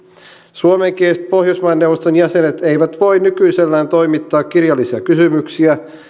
suomenkieliset pohjoismaiden neuvoston jäsenet eivät voi nykyisellään toimittaa kirjallisia kysymyksiä